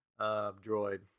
Droid